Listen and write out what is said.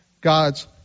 God's